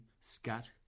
Scat